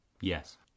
Yes